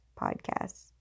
podcasts